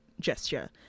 gesture